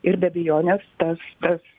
ir be abejonės tas tas